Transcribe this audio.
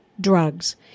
drugs